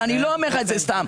ואני לא אומר לך את זה סתם.